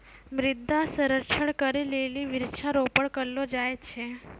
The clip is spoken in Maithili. मृदा संरक्षण करै लेली वृक्षारोपण करलो जाय छै